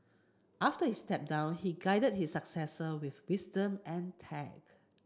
after he stepped down he guided his successors with wisdom and tact